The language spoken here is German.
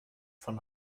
von